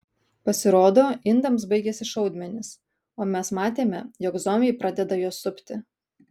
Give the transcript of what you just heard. pasirodo indams baigėsi šaudmenys o mes matėme jog zombiai pradeda juos supti